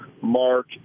Mark